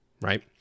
right